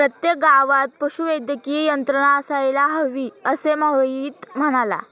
प्रत्येक गावात पशुवैद्यकीय यंत्रणा असायला हवी, असे मोहित म्हणाला